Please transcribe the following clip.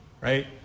right